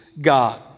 God